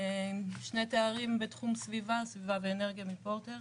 עם שני תארים בתחום סביבה, סביבה ואנרגיה מפורטר,